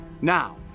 now